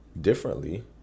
differently